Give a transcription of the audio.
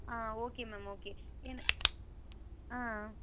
ஆ okay ma'am okay என் ஆ